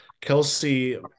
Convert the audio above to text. Kelsey